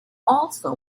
also